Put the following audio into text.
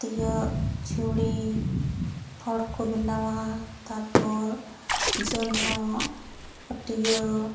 ᱯᱷᱟᱹᱛᱭᱟᱹᱜ ᱡᱷᱩᱲᱤ ᱦᱚᱲ ᱠᱚ ᱵᱮᱱᱟᱣᱟ ᱛᱟᱨᱯᱚᱨ ᱡᱚᱱᱚᱜ ᱯᱟᱹᱴᱭᱟᱹ